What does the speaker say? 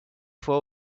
fois